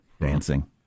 dancing